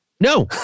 No